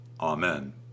Amen